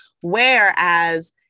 Whereas